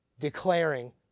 Declaring